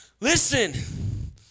listen